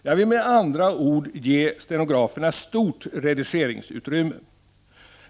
Jag vill med andra ord ge stenograferna stort redigeringsutrymme.